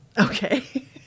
Okay